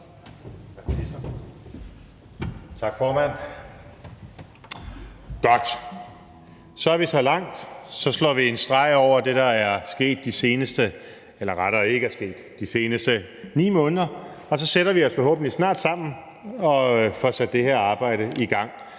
Tak, formand. Godt, så er vi så langt. Så slår vi en streg over det, der er sket eller rettere ikke er sket de seneste 9 måneder, og så sætter vi os forhåbentlig snart sammen og får sat det her arbejde i gang.